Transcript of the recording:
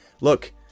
look